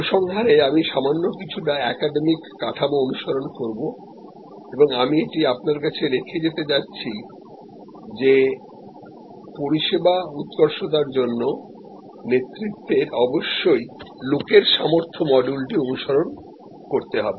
উপসংহারে আমি সামান্য কিছুটা একাডেমিক কাঠামো অনুসরণ করব এবং আমি এটি আপনার কাছে রেখে যাচ্ছি যে পরিষেবা উৎকর্ষতার জন্য নেতৃত্বের অবশ্যই লোকের সামর্থ্য মডিউলটি অনুশীলন করতে হবে